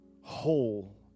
whole